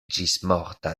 ĝismorta